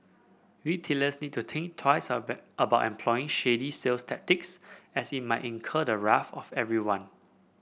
retailers need to think twice about employing shady sales tactics as it might incur the wrath of everyone